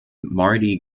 mardi